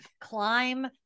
climb